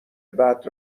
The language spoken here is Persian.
بعد